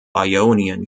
ionian